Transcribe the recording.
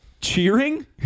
Cheering